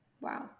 Wow